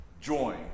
join